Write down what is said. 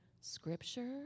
Scripture